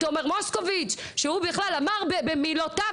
תומר מוסקוביץ שהוא בכלל אמר במילותיו,